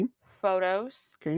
photos